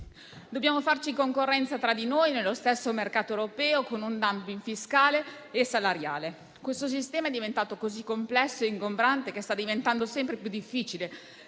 Dobbiamo farci concorrenza tra di noi nello stesso mercato europeo con un *dumping* fiscale e salariale. Questo sistema è diventato così complesso e ingombrante che sta diventando sempre più difficile